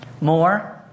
More